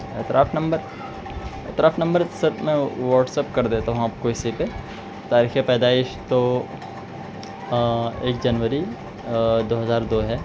اعتراف نمبر اعتراف number sir میں واٹسیپ کر دیتا ہوں آپ کو اسی پہ تاریخِ پیدائش تو ایک جنوری دو ہزار دو ہے